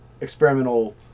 experimental